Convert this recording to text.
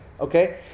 okay